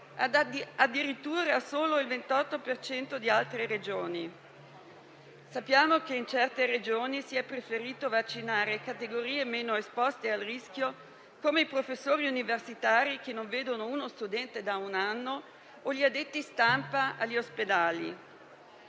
addirittura solo il 28 per cento di altre Regioni. Sappiamo che in certe Regioni si è preferito vaccinare categorie meno esposte al rischio, come i professori universitari - che non vedono uno studente da un anno - o gli addetti stampa negli ospedali.